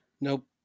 Nope